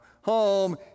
home